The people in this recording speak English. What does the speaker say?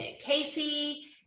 Casey